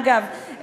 אגב,